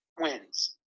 wins